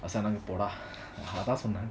சொன்னாங்க போடா அதன் சொன்னாங்க:sonanga poda athan sonanga